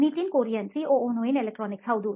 Nitin Kurian COO ನೋಯಿನ್ electronics ಹೌದು